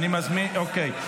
אוקיי.